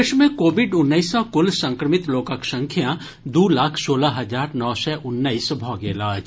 देश मे कोविड उन्नैस सँ कुल संक्रमित लोकक संख्या दू लाख सोलह हजार नओ सय उन्नैस भऽ गेल अछि